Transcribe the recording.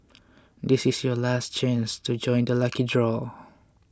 this is your last chance to join the lucky draw